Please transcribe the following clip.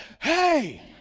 Hey